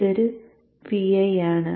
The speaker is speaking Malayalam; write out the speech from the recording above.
ഇതൊരു PI ആണ്